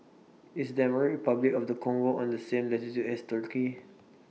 IS Democratic Republic of The Congo on The same latitude as Turkey